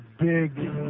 big